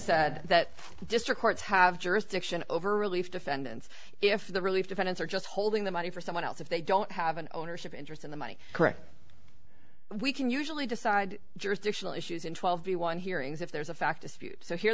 said that the district courts have jurisdiction over relief defendants if the relief defendants are just holding the money for someone else if they don't have an ownership interest in the money correct we can usually decide jurisdictional issues in twelve you want hearings if there's a fact